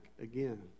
again